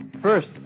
First